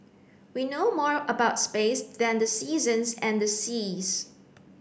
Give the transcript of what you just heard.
we know more about space than the seasons and the seas